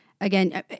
Again